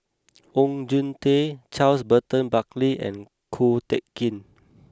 Oon Jin Teik Charles Burton Buckley and Ko Teck Kin